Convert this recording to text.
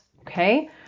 okay